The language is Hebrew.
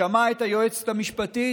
שמע את היועצת המשפטית,